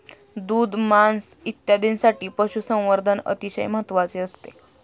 दूध, मांस इत्यादींसाठी पशुसंवर्धन अतिशय महत्त्वाचे असते